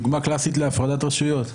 דוגמה קלאסית להפרדת רשויות.